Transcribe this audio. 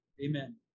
Amen